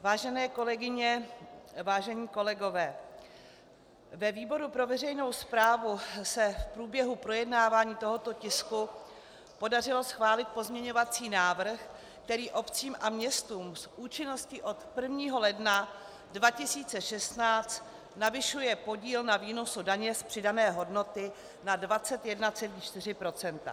Vážené kolegyně, vážení kolegové, ve výboru pro veřejnou správu se v průběhu projednávání tohoto tisku podařilo schválit pozměňovací návrh, který obcím a městům s účinností od 1. ledna 2016 navyšuje podíl na výnosu daně z přidané hodnoty na 21,4 %.